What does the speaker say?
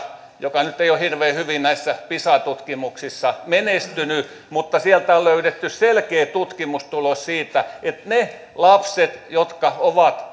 joka nyt ei ole hirveän hyvin näissä pisa tutkimuksissa menestynyt että sieltä on löydetty selkeä tutkimustulos siitä että ne lapset jotka ovat